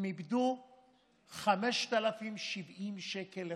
הם איבדו 5,070 שקל לחודש,